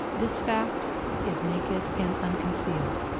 this fact is naked and unconcealed.